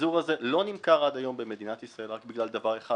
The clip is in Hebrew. האבזור הזה לא נמכר עד היום במדינת ישראל רק בגלל דבר אחד